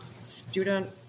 student